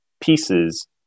pieces